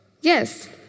Yes